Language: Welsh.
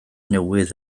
newydd